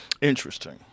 Interesting